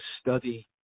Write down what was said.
study